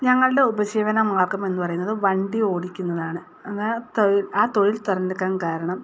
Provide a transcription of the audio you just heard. ഞങ്ങളുടെ ഉപജീവനമാർഗ്ഗം എന്നു പറയുന്നത് വണ്ടി ഓടിക്കുന്നതാണ് അത് ആ തൊഴിൽ ആ തൊഴിൽ തിരഞ്ഞെടുക്കാൻ കാരണം